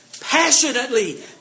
Passionately